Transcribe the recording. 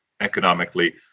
economically